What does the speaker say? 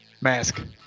Mask